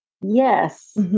Yes